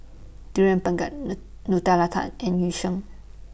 Durian Pengat Nutella Tart and Yu Sheng